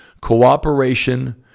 cooperation